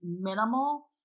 minimal